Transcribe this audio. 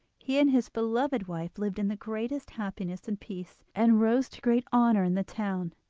he and his beloved wife lived in the greatest happiness and peace, and rose to great honour in the town.